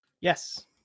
Yes